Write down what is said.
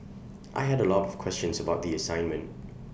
I had A lot of questions about the assignment